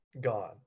gone